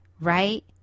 right